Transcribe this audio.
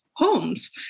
homes